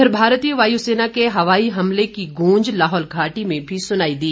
इधर भारतीय वायुसेना के हवाई हमले की गूंज लाहौल घाटी में भी सुनाई दी